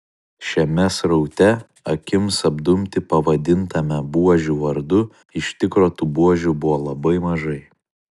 šiame sraute akims apdumti pavadintame buožių vardu iš tikro tų buožių buvo labai mažai